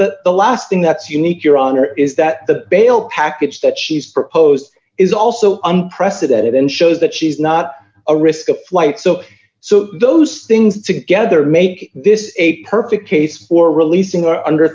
the last thing that's unique your honor is that the bail package that she's proposed is also unprecedented and shows that she's not a risk of flight so so those things together make this a perfect case for releasing her under